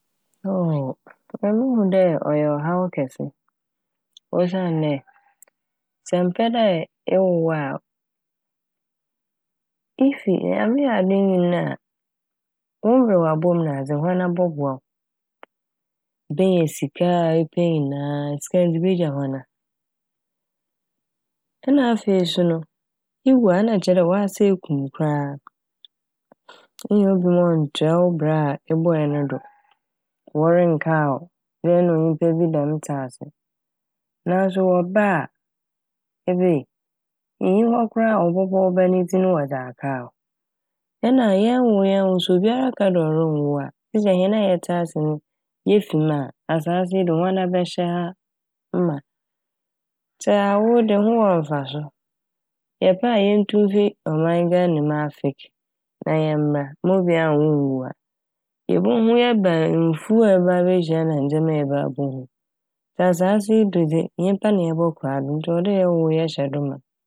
Emi muhu dɛ ɔyɛ ɔhaw kɛse osiandɛ sɛ mmpɛ dɛ ewo a ifi - Nyame yɛ adom na inyin a wo mberwabɔ m' nadze woana bɔboa wo. Benya sika a epɛ nyinaa sika n' edze begya woana nna afei so no iwu nna kyerɛ dɛ w'ase ekum koraa a. Innya obi ma ɔnntoa wo bra a ebɔe no do, wɔrennkaa wo dɛ nna onyimpa bi dɛm tse ase naaso ewɔ ba a, ebei! nnyi hɔ koraa a wɔbɔbɔ wo ba ne dzin wɔdze akaa wo. Nna yɛnnwo yɛnnwo so obiara ka dɛ ɔronnwo a kyerɛ dɛ hɛn a yɛtse ase no yefi mu a asaase yi do woana bɛhyɛ ha ma. Ntsi awo dze ho wɔ mfaso. Yɛpɛ a yenntu mmfi ɔman Ghanamu afe na yɛmbra ma obiara nwo ngu ha. Yebohu yɛba a mfuw a yɛba abehyia na ndzɛma yɛba abehu ntsi asaase yi do dze nyimpa na yɛbɔkora do ntsi ɔwɔ dɛ yɛwo na yɛhyɛ do ma.